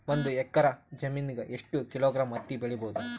ಒಂದ್ ಎಕ್ಕರ ಜಮೀನಗ ಎಷ್ಟು ಕಿಲೋಗ್ರಾಂ ಹತ್ತಿ ಬೆಳಿ ಬಹುದು?